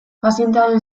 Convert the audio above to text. pazientearen